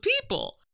people